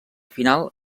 final